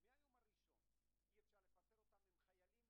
אני מתכבד לפתוח את ישיבת הוועדה.